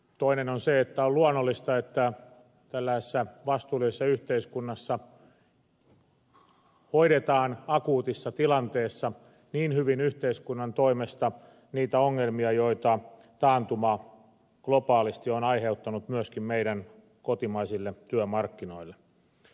toinen on se että on luonnollista että tällaisessa vastuullisessa yhteiskunnassa hoidetaan akuutissa tilanteessa hyvin yhteiskunnan toimesta niitä ongelmia joita taantuma globaalisti on aiheuttanut myöskin meidän kotimaisille työmarkkinoillemme